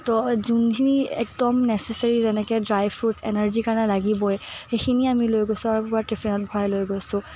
ত' যোনখিনি একদম নেচেছেৰি যেনেকে ড্ৰাই ফ্ৰোটছ এনাৰ্জি কাৰণে লাগিবয়েই সেইখিনি আমি লৈ গৈছোঁ আৰু পূৰা টিফিনত ভৰাই লৈ গৈছোঁ